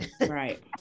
Right